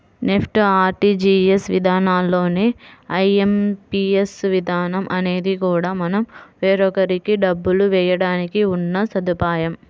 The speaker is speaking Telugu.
నెఫ్ట్, ఆర్టీజీయస్ విధానాల్లానే ఐ.ఎం.పీ.ఎస్ విధానం అనేది కూడా మనం వేరొకరికి డబ్బులు వేయడానికి ఉన్న సదుపాయం